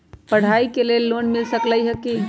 पढाई के लेल लोन मिल सकलई ह की?